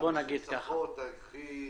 המשפחות המסוכסכות עם